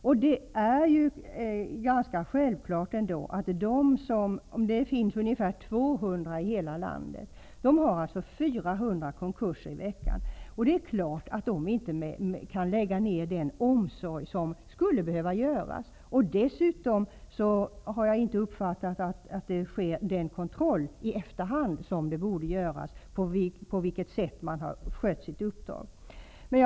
Om det finns ungefär 200 konkursförvaltare i landet och det sker 400 konkurser i veckan, är det ganska självklart att konkursförvaltarna inte kan lägga ner den omsorg som borde krävas. Dessutom har jag inte uppfattat att den kontroll sker i efterhand som borde ske av hur konkursförvaltarna har skött sina uppdrag.